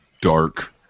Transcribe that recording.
dark